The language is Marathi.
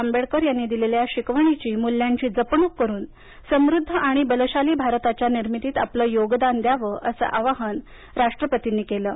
आंबेडकर यांनी दिलेल्या शिकवणीची मूल्यांची जपणूक करून समृद्धआणि बलशाली भारताच्या निर्मितीत आपलं योगदान द्यावं असं आवाहन राष्ट्रपती रामनाथ कोविंद यांनी केलं आहे